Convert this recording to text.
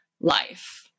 life